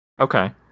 Okay